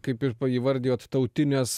kaip ir įvardijot tautines